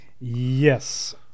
yes